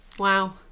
Wow